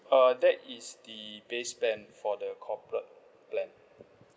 uh that is the base plan for the corporate plan